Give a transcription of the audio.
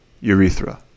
urethra